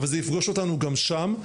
אבל זה יפגוש אותנו גם שם,